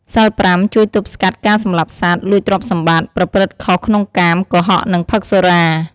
សីលប្រាំ ជួយទប់ស្កាត់ការសម្លាប់សត្វ លួចទ្រព្យសម្បត្តិ ប្រព្រឹត្តខុសក្នុងកាម កុហក និងផឹកសុរា។